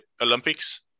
Olympics